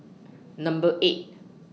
Number eight